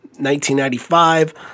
1995